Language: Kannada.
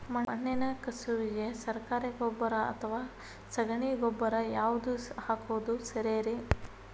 ಮಣ್ಣಿನ ಕಸುವಿಗೆ ಸರಕಾರಿ ಗೊಬ್ಬರ ಅಥವಾ ಸಗಣಿ ಗೊಬ್ಬರ ಯಾವ್ದು ಹಾಕೋದು ಸರೇರಿ?